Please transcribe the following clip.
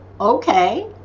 okay